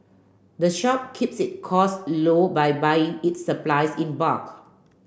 the shop keeps it costs low by buying its supplies in bulk